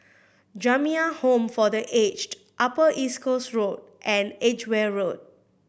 Jamiyah Home for The Aged Upper East Coast Road and Edgware Road